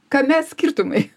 kame skirtumai